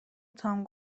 تام